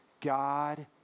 God